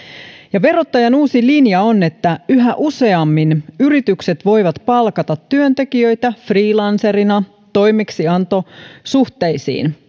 ja verottajan uusi linja on että yhä useammin yritykset voivat palkata työntekijöitä freelancereina toimeksiantosuhteisiin